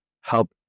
help